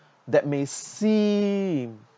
that may seem